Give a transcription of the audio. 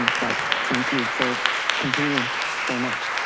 but thank you for continuing very much.